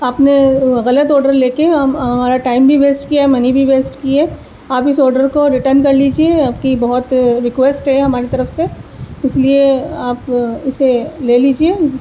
آپ نے غلط آڈر لے کے ہمارا ٹائم بھی ویسٹ کیا ہے منی بھی ویسٹ کی ہے آپ اس آڈر کو ریٹن کر لیجیے آپ کی بہت ریکویسٹ ہے ہماری طرف سے اس لیے آپ اسے لے لیجیے